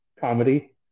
comedy